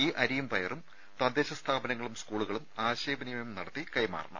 ഈ അരിയും പയറും തദ്ദേശ സ്ഥാപനങ്ങളും സ്കൂളുകളും ആശയ വിനിമയം നടത്തി കൈമാറണം